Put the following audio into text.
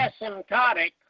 asymptotic